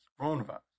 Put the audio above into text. coronavirus